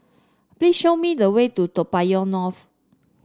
please show me the way to Toa Payoh North